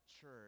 church—